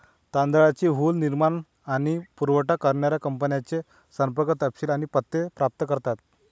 तांदळाची हुल निर्माण आणि पुरावठा करणाऱ्या कंपन्यांचे संपर्क तपशील आणि पत्ते प्राप्त करतात